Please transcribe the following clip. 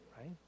right